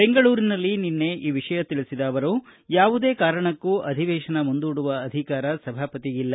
ಬೆಂಗಳೂರಿನಲ್ಲಿ ನಿನ್ನೆ ಈ ವಿಷಯ ತಿಳಿಸಿದ ಅವರು ಯಾವುದೇ ಕಾರಣಕ್ಕೂ ಅಧಿವೇಶನ ಮುಂದೂಡುವ ಅಧಿಕಾರ ಸಭಾಪತಿಗಿಲ್ಲ